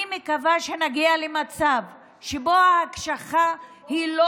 אני מקווה שנגיע למצב שבו ההקשחה היא לא